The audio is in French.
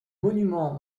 monument